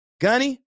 Gunny